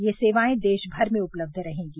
ये सेवाएं देशभर में उपलब्ध रहेगी